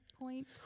Point